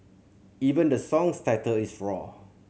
even the song's title is roar